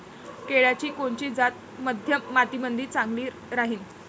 केळाची कोनची जात मध्यम मातीमंदी चांगली राहिन?